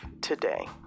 today